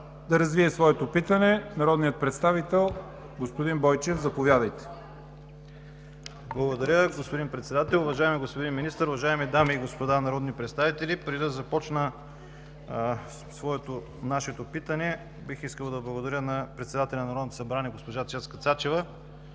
Да развие своето питане има думата господин Бойчев. ЖЕЛЬО БОЙЧЕВ (БСП ЛБ): Господин Председател, уважаеми господин Министър, уважаеми дами и господа народни представители! Преди да започна с нашето питане, бих искал да благодаря на председателя на Народното събрание госпожа Цецка Цачева,